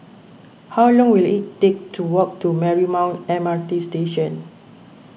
how long will it take to walk to Marymount M R T Station